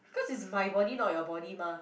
cause it's my body not your body mah